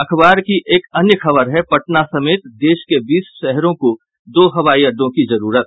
अखबार की एक अन्य खबर है पटना समेत देश के बीस शहरों को दो हवाई अड्डों की जरूरत